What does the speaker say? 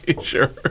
sure